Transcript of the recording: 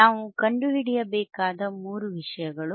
ನಾವು ಕಂಡುಹಿಡಿಯಬೇಕಾದ ಮೂರು ವಿಷಯಗಳು